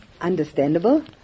understandable